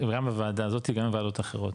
גם בוועדה הזאתי וגם בוועדות אחרות,